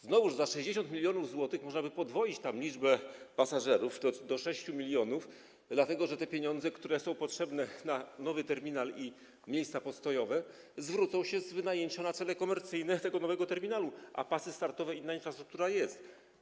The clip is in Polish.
Znowuż za 60 mln zł można by podwoić tam liczbę pasażerów do 6 mln, dlatego że te pieniądze, które są potrzebne na nowy terminal i miejsca postojowe, zwrócą się z wynajęcia na cele komercyjne tego nowego terminalu, a pasy startowe i inna infrastruktura są.